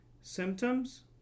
Symptoms